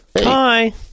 Hi